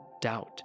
doubt